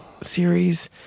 series